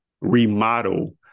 remodel